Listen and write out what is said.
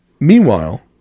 Meanwhile